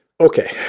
Okay